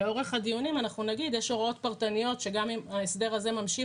לאורך הדיונים אנחנו נגיד שיש הוראות פרטניות שגם אם ההסדר הזה ממשיך,